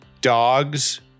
dogs